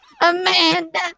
Amanda